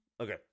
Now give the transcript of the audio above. Okay